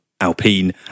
Alpine